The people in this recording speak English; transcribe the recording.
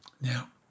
Now